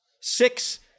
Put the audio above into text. Six